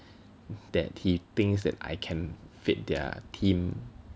that he thinks that I can fit their team